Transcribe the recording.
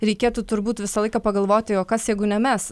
reikėtų turbūt visą laiką pagalvoti o kas jeigu ne mes